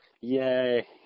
Yay